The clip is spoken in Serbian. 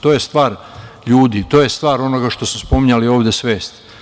To je stvar ljudi, to je stvar onoga što ste spominjali ovde svest.